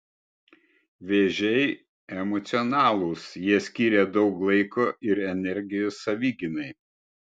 vėžiai emocionalūs jie skiria daug laiko ir energijos savigynai